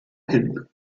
hin